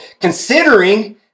considering